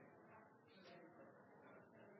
Ja, president,